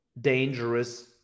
dangerous